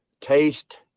Taste